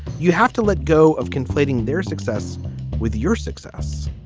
you have to let go of conflating their success with your success